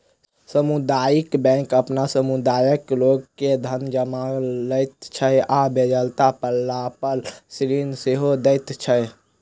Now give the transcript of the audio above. सामुदायिक बैंक अपन समुदायक लोक के धन जमा लैत छै आ बेगरता पड़लापर ऋण सेहो दैत छै